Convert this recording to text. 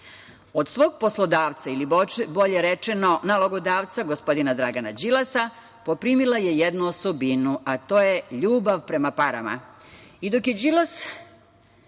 od svog poslodavca ili bolje rečeno nalogodavca, gospodina Dragana Đilasa, poprimila je jednu osobinu, a to je ljubav prema parama.